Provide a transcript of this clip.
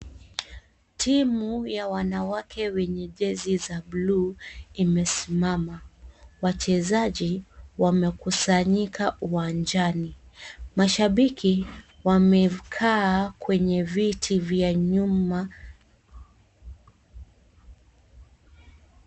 Timu ya wanawake wenye jezi za buluu imesimama. Wachezaji wamekusanyika uwanjani. Mashabiki wamekaa kwenye viti vya nyuma.